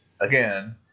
again